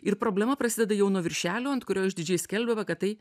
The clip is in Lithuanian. ir problema prasideda jau nuo viršelio ant kurio išdidžiai skelbiama kad tai